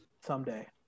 someday